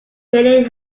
helene